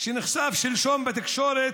שנחשף שלשום בתקשורת,